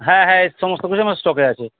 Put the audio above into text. হ্যাঁ হ্যাঁ এর সমস্ত কিছু আমার স্টকে আছে